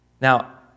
Now